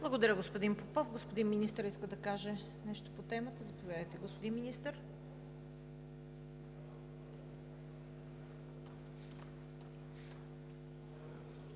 Благодаря, господин Попов. Господин Министърът иска да каже нещо по темата. Заповядайте, господин Министър.